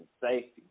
safety